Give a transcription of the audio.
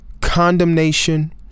condemnation